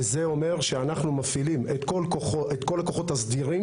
וזה אומר שאנחנו מפעילים את כל הכוחות הסדירים